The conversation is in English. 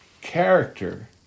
Character